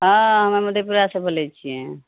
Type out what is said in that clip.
हँ हमे मधेपुरासँ बोलै छियै